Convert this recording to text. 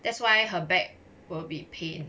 that's why her back will be pain